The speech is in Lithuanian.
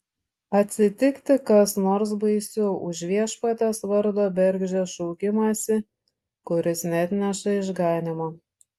atsitikti kas nors baisiau už viešpaties vardo bergždžią šaukimąsi kuris neatneša išganymo